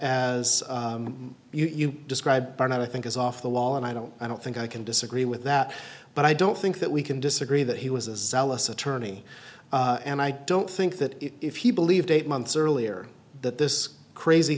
as you describe or not i think is off the wall and i don't i don't think i can disagree with that but i don't think that we can disagree that he was a zealous attorney and i don't think that if he believed eight months earlier that this crazy